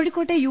കോഴിക്കോട്ടെ യു